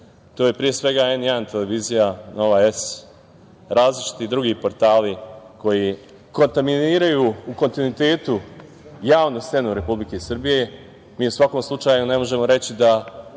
to je pre svega N1 televizija, „Nova S“, različiti drugi portali koji kontaminiraju u kontinuitetu javnu scenu Republike Srbije, mi u svakom slučaju ne možemo reći da